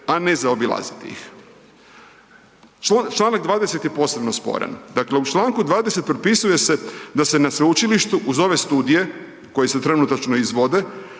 a ne zaobilaziti ih. Članak 20. je posebno sporan. Dakle, u Članku 20. propisuje se da se na sveučilištu uz ove studije koje se trenutačno izvode